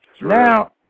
Now